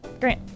Great